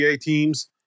teams